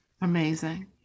Amazing